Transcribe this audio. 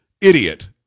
idiot